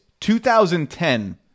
2010